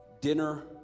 dinner